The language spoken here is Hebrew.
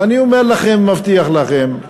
ואני אומר לכם, מבטיח לכם,